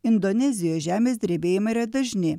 indonezijoje žemės drebėjimai yra dažni